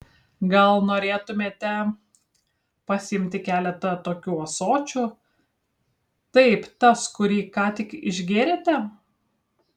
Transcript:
gal norėtumėte pasiimti keletą tokių ąsočių taip tas kurį ką tik išgėrėte